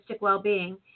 well-being